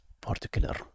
particular